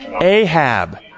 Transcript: Ahab